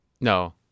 No